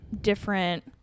different